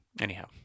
Anyhow